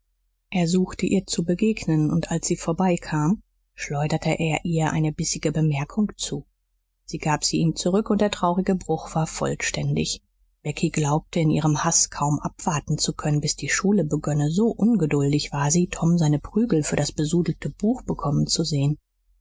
er suchte ihr zu begegnen und als sie vorbeikam schleuderte er ihr eine bissige bemerkung zu sie gab sie ihm zurück und der traurige bruch war vollständig becky glaubte in ihrem haß kaum abwarten zu können bis die schule begönne so ungeduldig war sie tom seine prügel für das besudelte buch bekommen zu sehen